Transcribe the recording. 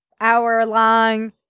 hour-long